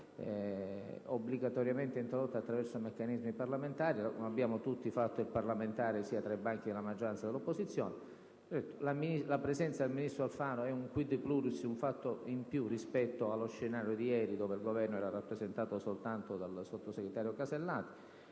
La presenza del ministro Alfano è un *quid pluris*, un fatto in più rispetto allo scenario di ieri, in cui il Governo era rappresentato solo dal sottosegretario Alberti